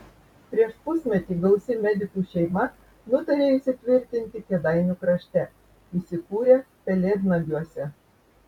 prieš pusmetį gausi medikų šeima nutarė įsitvirtinti kėdainių krašte įsikūrė pelėdnagiuose